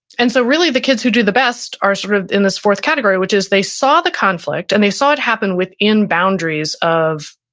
and so really the kids who do the best are sort of in this fourth category, which is they saw the conflict and they saw it happen within boundaries of,